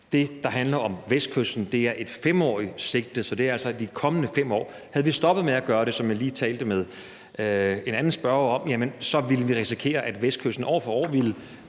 det, der handler om Vestkysten, er et 5-årigt sigte. Så det gælder altså de kommende 5 år. Havde vi stoppet med at gøre det, ville vi, som jeg lige talte med en anden spørger om, risikere, at Vestkysten år for år ville